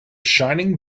shining